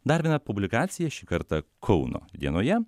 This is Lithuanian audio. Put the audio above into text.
dar viena publikacija šį kartą kauno dienoje